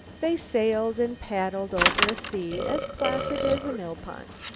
they sailed and paddled over a sea as placid as a mill-pond.